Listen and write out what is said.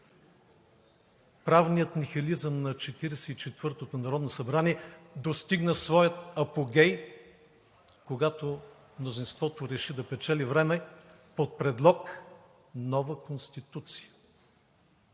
Правният нихилизъм на Четиридесет и четвъртото народно събрание достигна своя апогей, когато мнозинството реши да печели време под предлог – нова Конституция.